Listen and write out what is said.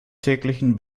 täglichen